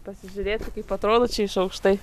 pasižiūrėti kaip atrodo čia iš aukštai